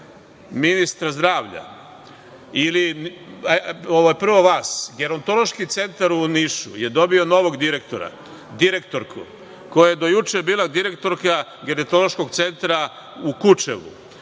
ministra zdravlja. Prvo vas. Gerontološki centar u Nišu je dobio novu direktorku koja je do juče bila direktorka Gerontološkog centra u Kučevu,